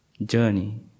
journey